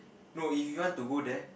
no if you want to go there